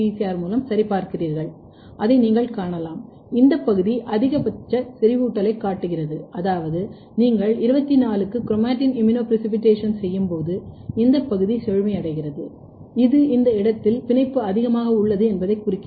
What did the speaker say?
R மூலம் சரிபார்க்கிறீர்கள் அதை நீங்கள் காணலாம் இந்த பகுதி அதிகபட்ச செறிவூட்டலைக் காட்டுகிறது அதாவது நீங்கள் 24 க்கு குரோமாடின் இம்யூனோபிரெசிபிட்டேஷன் செய்யும்போது இந்த பகுதி செழுமை அடைகிறது இது இந்த இடத்தில் பிணைப்பு அதிகமாக உள்ளது என்பதைக் குறிக்கிறது